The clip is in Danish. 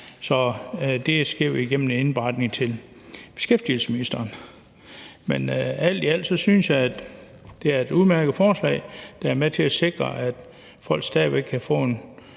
Det sker vel igennem indberetning til beskæftigelsesministeren. Men alt i alt synes jeg, at det er et udmærket forslag, der er med til at sikre, at folk stadig væk kan få et